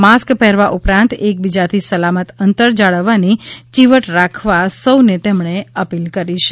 mask પહેરવા ઉપરાંત એકબીજાથી સલામત અંતર જાળવવાની ચીવટ રાખવા સૌને તેમણે અપીલ કરી હતી